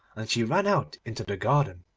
and she ran out into the garden.